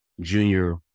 junior